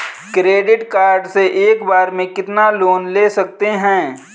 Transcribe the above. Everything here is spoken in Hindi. क्रेडिट कार्ड से एक बार में कितना लोन ले सकते हैं?